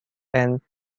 and